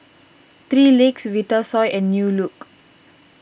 three Legs Vitasoy and New Look